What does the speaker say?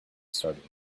startled